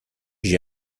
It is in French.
j’ai